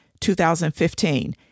2015